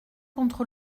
contre